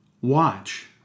Watch